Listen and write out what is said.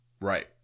Right